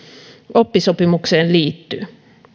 oppisopimukseen liittyy